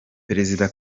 prezida